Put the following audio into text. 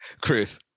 Chris